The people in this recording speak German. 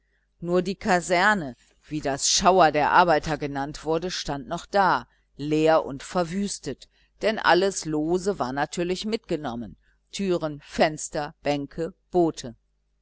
nur die kaserne wie das schauer der arbeiter genannt wurde stand noch da leer und verwüstet denn alles lose war natürlich mitgenommen türen fenster bänke boote